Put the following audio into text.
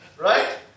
right